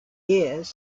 years